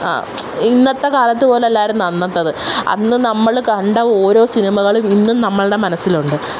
ഇന്നത്തെ കാലത്ത് പോലെ അല്ലായിരുന്നു അന്നത്തേത് അന്ന് നമ്മൾ കണ്ട ഓരോ സിനിമകളും ഇന്നും നമ്മടെ മനസ്സിലുണ്ട്